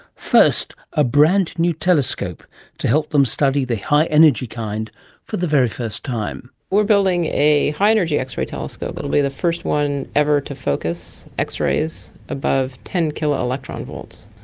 first, a brand new telescope to help them study the high energy kind for the very first time. we're building a high-energy x-ray telescope, it will be the first one ever to focus x-rays above ten kiloelectron volts,